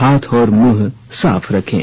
हाथ और मुंह साफ रखें